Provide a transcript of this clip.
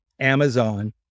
Amazon